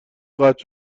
قطع